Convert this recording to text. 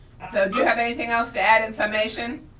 so do you have anything else to add in summation?